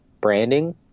branding